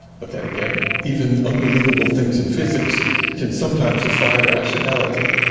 but then again even unbelievable things in physics can sometimes defy rationality.